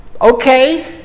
okay